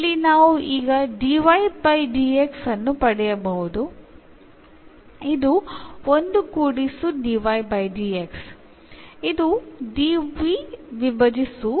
ഇതിനർത്ഥം ഈ എന്നുള്ളതും അതിൽ നിന്ന് നമുക്ക് എന്നും അതായത് 1 എന്നും ലഭിക്കും